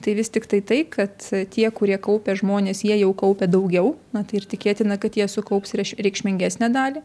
tai vis tiktai tai kad tie kurie kaupia žmonės jie jau kaupia daugiau na tai ir tikėtina kad jie sukaups reš reikšmingesnę dalį